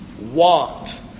want